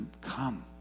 come